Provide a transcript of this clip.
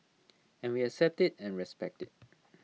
and we accept IT and respect IT